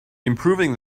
improving